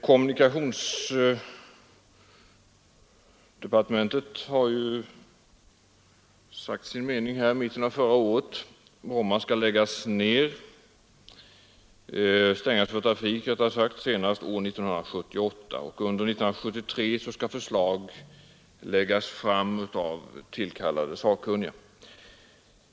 Kommunikationsministern har ju sagt sin mening om Brommaflyget i mitten av förra året. Bromma skall stängas för trafik senast 1978, och under 1973 skall förslag läggas fram av tillkallade sakkunniga.